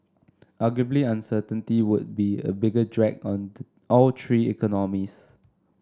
marguably uncertainty would be a bigger drag on all three economies